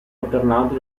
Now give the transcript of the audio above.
alternato